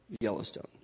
Yellowstone